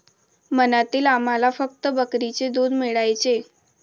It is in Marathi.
मनालीत आम्हाला फक्त बकरीचे दूध मिळायचे